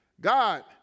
God